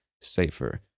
safer